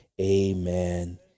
Amen